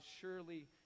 surely